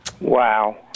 Wow